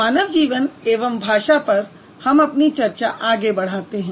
मानव जीवन एवं भाषा पर हम अपनी चर्चा आगे बढ़ाते हैं